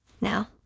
Now